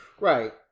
Right